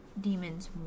demons